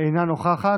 אינה נוכחת,